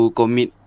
commit